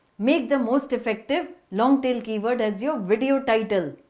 make the most effective long tail keyword as your video title.